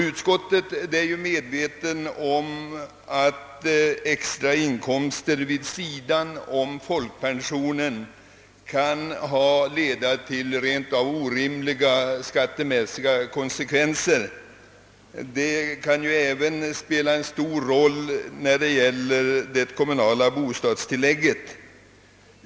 Utskottet är medvetet om att inkomster vid sidan av folkpensionen kan leda till rent orimliga skattemässiga konsekvenser. Sådana inkomster kan även spela en stor roll när det gäller det kommunala bostadstillägget.